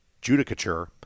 Judicature